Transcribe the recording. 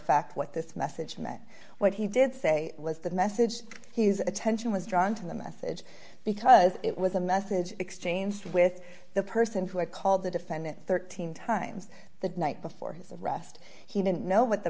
fact what this message meant what he did say was the message his attention was drawn to the message because it was a message exchanged with the person who had called the defendant thirteen times the night before his arrest he didn't know what the